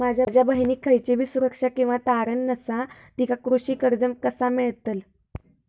माझ्या बहिणीक खयचीबी सुरक्षा किंवा तारण नसा तिका कृषी कर्ज कसा मेळतल?